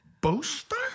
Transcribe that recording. Booster